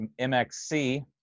MXC